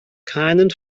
keinen